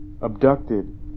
abducted